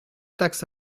taxes